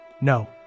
No